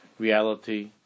Reality